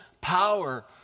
power